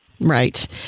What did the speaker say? Right